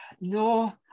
no